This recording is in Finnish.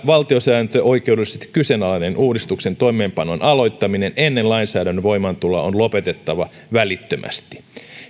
valtiosääntöoikeudellisesti kyseenalainen uudistuksen toimeenpanon aloittaminen ennen lainsäädännön voimaantuloa on lopetettava välittömästi